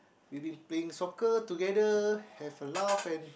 we been playing soccer together have a laugh and